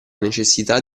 necessità